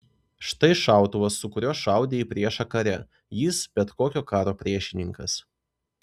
štai šautuvas su kuriuo šaudė į priešą kare jis bet kokio karo priešininkas